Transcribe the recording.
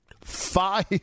Five